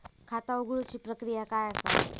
खाता उघडुची प्रक्रिया काय असा?